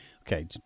Okay